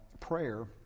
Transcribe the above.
prayer